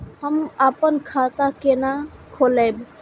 हम अपन खाता केना खोलैब?